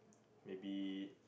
maybe